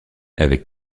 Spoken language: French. avec